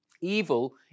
Evil